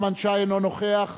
אינו נוכח